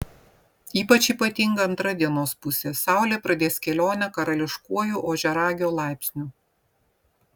ypač ypatinga antra dienos pusė saulė pradės kelionę karališkuoju ožiaragio laipsniu